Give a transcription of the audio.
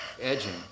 Edging